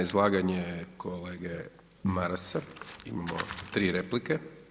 Na izlaganje kolege Marasa imamo tri replike.